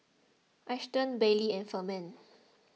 Ashton Baylee and Furman